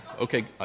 okay